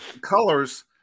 colors